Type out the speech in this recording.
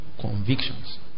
convictions